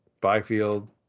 Byfield